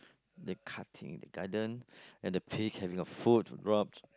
they're cutting the garden and the pig have your food to rob